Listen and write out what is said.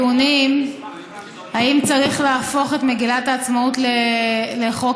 דיונים אם צריך להפוך את מגילת העצמאות לחוק-יסוד.